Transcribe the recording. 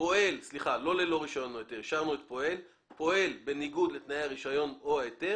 או - בניגוד לתנאי הרישיון או ההיתר